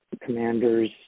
Commanders